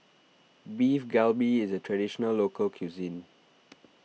Beef Galbi is a Traditional Local Cuisine